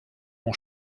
mon